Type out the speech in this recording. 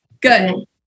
Good